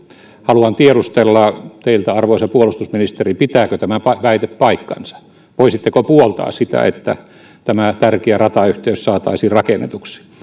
haluan tiedustella teiltä arvoisa puolustusministeri pitääkö tämä väite paikkansa voisitteko puoltaa sitä että tämä tärkeä ratayhteys saataisiin rakennetuksi